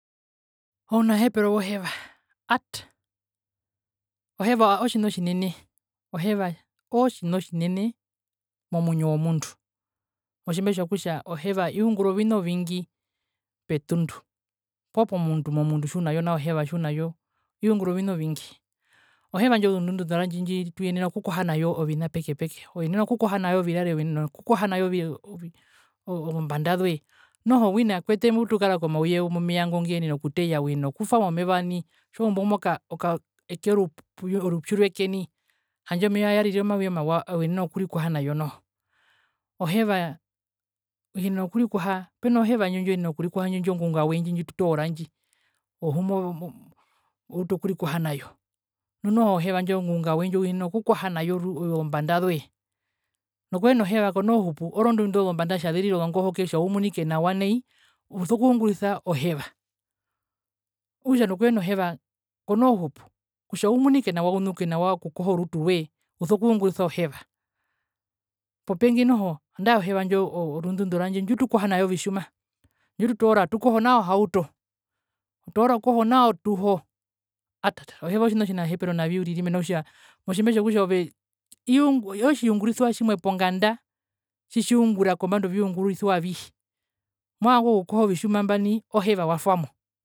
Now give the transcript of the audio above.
Ounahepero woheva aat oheva otjina otjinene oheva oo tjina otjinene momwinyo womundu motjimbe tjokutja oheva iungura ovina ovingi petundu po pomundu oheva tjiunayo iungura ovina ovingi, oheva ndji orundundura ndji tuyenena okukoha nayo ovina peke peke oyenene okukoha nayo virare uyenenaokukoha nayo zombanda zoe noho kwete mbutukara komauye womeya ngeteya uyena okutwa momeva nai tjiwaumbu mokaa moka eke orupyu orupyu rweke nai handje omeya yarire omeya omawa oyenene okurikoha nayo noho. Oheva uyenena okurikoha pena oheva ndji ndjiuyenena okurikoha indjo ngungawe indji ndjitoora ndji ohumoo mo outu okurikoha nayo nu noho oheva ndjo ngungawe ndjo uyenena okukoha nayo ozombanda zoe nokuhena heva konoo hupu orondu indo zombanda kutja zerire ozongohoke umunike nawa nai uso kungurisa oheva okutja nokuhena oheva konoo hupu kutja umunike nawa ukoha orutu roe uso kungurisa oheva popengi noho nandae oheva ndjo rundundura njo ondjitukoha naovitjuma ondjitutoora atukoho nao ohauto otoora okoho nao otuho atata oheva otjina otjina hepero navi uriri mena rokutja motjimbetjokutja ove iunguri ootjiungurisiwa tjimwe ponganda tjitjiungura kombanda oviungurisiwa avihe movanga okukoha ovitjuma nai oheva watwamo.